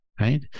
right